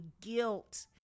guilt